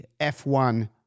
F1